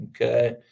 okay